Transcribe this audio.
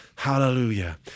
Hallelujah